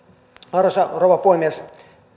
arvoisa rouva puhemies